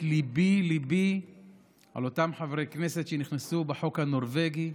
ליבי ליבי על אותם חברי כנסת שנכנסו בחוק הנורבגי,